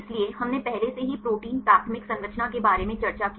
इसलिए हमने पहले से ही प्रोटीन प्राथमिक संरचना के बारे में चर्चा की